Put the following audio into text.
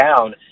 down